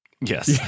Yes